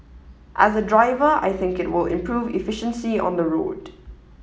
as a driver I think it will improve efficiency on the road